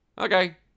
Okay